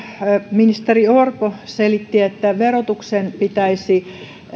ministeri orpo selitti että verotuksen pitäisi